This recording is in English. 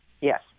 Yes